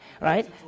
right